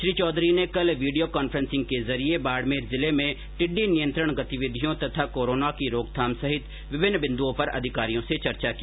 श्री चौधरी ने कल video conferencing के जरिये बाड़मेर जिले में टिड्डी नियंत्रण गतिविधियों तथा कोरोना की रोकथाम सहित विभिन्न बिन्दुओं पर अधिकारियों से चर्चा की